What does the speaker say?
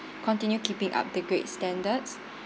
continue keeping up the great standards